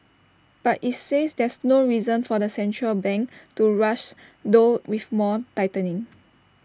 but IT says there's no reason for the central bank to rush though with more tightening